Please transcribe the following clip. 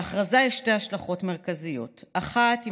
להכרזה יש שתי השלכות מרכזיות: האחת היא